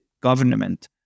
government